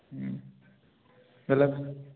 ହୁଁ ବୋଇଲେ